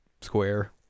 Square